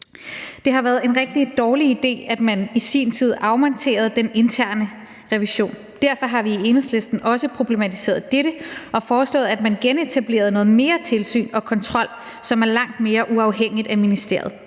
Det har været en rigtig dårlig idé, at man i sin tid afmonterede den interne revision. Derfor har vi i Enhedslisten også problematiseret dette og foreslået, at man genetablerede noget mere tilsyn og kontrol, som er langt mere uafhængigt af ministeriet.